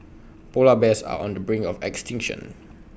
Polar Bears are on the brink of extinction